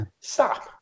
Stop